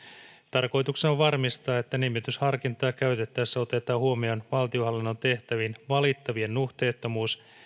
tarkoituksena on varmistaa että nimitysharkintaa käytettäessä otetaan huomioon valtionhallinnon tehtäviin valittavien nuhteettomuus